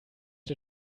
der